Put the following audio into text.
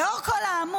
לאור כל האמור,